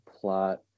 plot